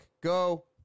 Go